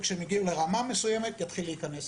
וכשהן יגיעו לרמה מסוימת יתחילו להיכנס